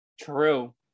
True